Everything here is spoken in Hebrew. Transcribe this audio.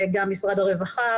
גם משרד הרווחה.